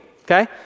okay